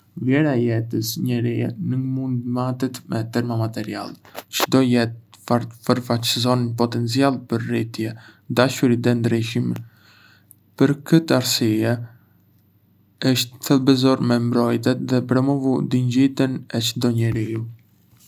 Vlera e jetës njëríe ngë mund të matet me terma materiale. Çdo jetë përfaçëson një potencial për rritje, dashuri dhe ndryshim. Për këtë arsye, është thelbësore me mbrojtë dhe promovu dinjitetin e çdo njeriu.